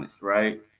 Right